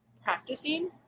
practicing